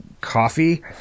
coffee